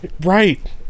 right